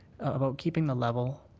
about keeping the level.